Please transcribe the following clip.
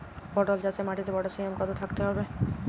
পটল চাষে মাটিতে পটাশিয়াম কত থাকতে হবে?